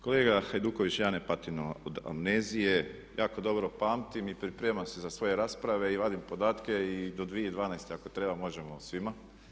Kolega Hajduković, ja ne patim od amnezije, jako dobro pamtim i pripremam se za svoje rasprave i vadim podatke i do 2012.ako treba možemo o svima.